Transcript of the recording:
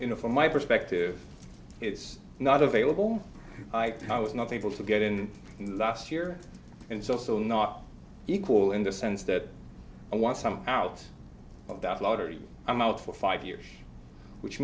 you know from my perspective it's not available i was not able to get in last year and it's also not equal in the sense that i want some out of that lottery i'm out for five years which